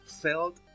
felt